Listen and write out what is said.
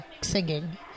singing